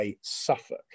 Suffolk